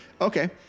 Okay